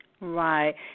Right